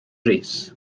rees